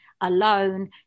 alone